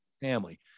family